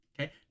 Okay